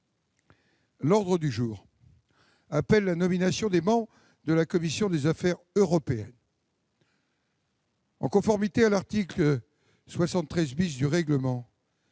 L'ordre du jour appelle la nomination des membres de la commission des affaires européennes. Conformément à l'article 73 du règlement,